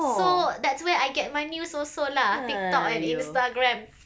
so that's where I get my news also lah TikTok and Instagram